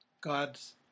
God's